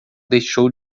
deixou